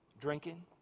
drinking